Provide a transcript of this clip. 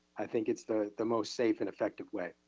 i think it's the the most safe and effective way.